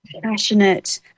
passionate